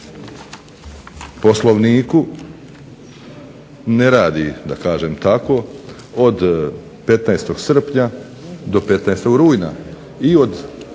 Poslovniku ne radi od 15. srpnja do 15. rujna i od